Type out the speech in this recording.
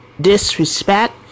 disrespect